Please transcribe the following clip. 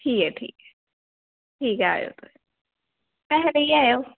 ठीक ऐ ठीक ऐ आयो तुस पैसे लेइयै आवेओ